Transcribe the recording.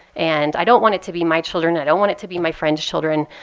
and i don't want it to be my children. i don't want it to be my friend's children.